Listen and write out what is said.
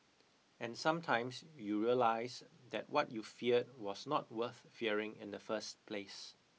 and sometimes you realise that what you feared was not worth fearing in the first place